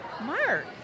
Mark